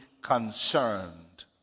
concerned